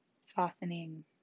Softening